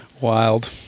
wild